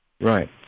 Right